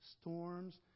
storms